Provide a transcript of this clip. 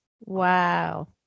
Wow